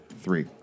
Three